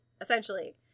essentially